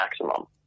maximum